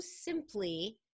simply